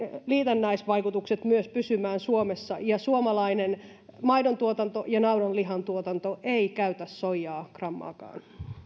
liitännäisvaikutukset myös pysymään suomessa suomalainen maidontuotanto ja naudanlihantuotanto eivät käytä soijaa grammaakaan